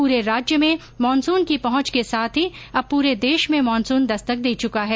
पूरे राज्य में मानूसन की पहुंच के साथ ही अब संपूर्ण देश में मानसून दस्तक दे चुका है